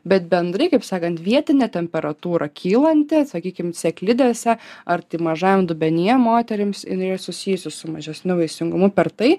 bet bendrai kaip sakant vietinė temperatūra kylanti atsakykim sėklidėse ar tai mažajam dubenyje moterims jinai yra susijusi su mažesniu vaisingumu per tai